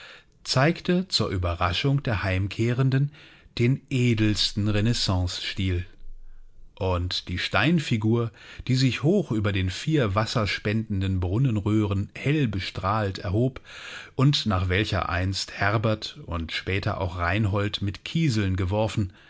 zeigte zur ueberraschung der heimkehrenden den edelsten renaissancestil und die steinfigur die sich hoch über den vier wasserspendenden brunnenröhren hell bestrahlt erhob und nach welcher einst herbert und später auch reinhold mit kieseln geworfen